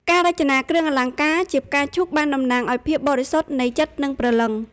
ការរចនាគ្រឿងអលង្ការជាផ្កាឈូកបានតំណាងឱ្យភាពបរិសុទ្ធនៃចិត្តនិងព្រលឹង។